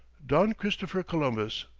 don christopher columbus,